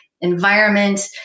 environment